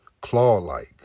claw-like